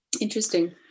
interesting